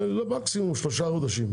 זה צריך לקחת מקסימום שלושה חודשים,